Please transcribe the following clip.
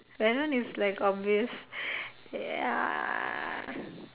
that one is like obvious ya